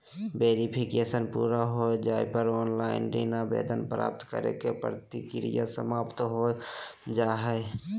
verification पूरा हो जाय पर ऑनलाइन ऋण आवेदन प्राप्त करे के प्रक्रिया समाप्त हो जा हय